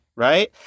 Right